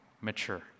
mature